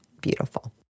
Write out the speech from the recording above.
beautiful